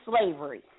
slavery